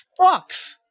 fucks